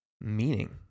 meaning